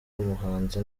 umuhanzi